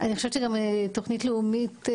בתוך התוכנית הלאומית.